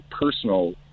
personal